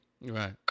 Right